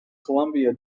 colombia